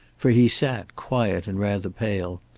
for he sat, quiet and rather pale,